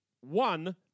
One